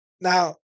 Now